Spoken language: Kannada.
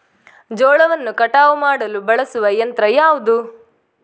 ಜೋಳವನ್ನು ಕಟಾವು ಮಾಡಲು ಬಳಸುವ ಯಂತ್ರ ಯಾವುದು?